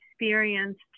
experienced